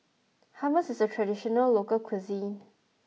Hummus is a traditional local cuisine